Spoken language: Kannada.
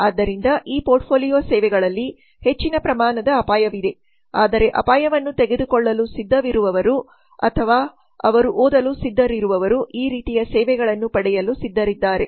ಆದ್ದರಿಂದ ಈ ಪೋರ್ಟ್ಫೋಲಿಯೋ ಸೇವೆಗಳಲ್ಲಿ ಹೆಚ್ಚಿನ ಪ್ರಮಾಣದ ಅಪಾಯವಿದೆ ಆದರೆ ಅಪಾಯವನ್ನು ತೆಗೆದುಕೊಳ್ಳಲು ಸಿದ್ಧರಿರುವವರು ಅಥವಾ ಅವರು ಓದಲು ಸಿದ್ಧರಿರುವವರು ಈ ರೀತಿಯ ಸೇವೆಗಳನ್ನು ಪಡೆಯಲು ಸಿದ್ಧರಿದ್ದಾರೆ